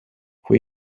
fue